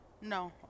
No